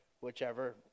whichever